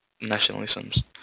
nationalisms